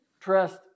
trust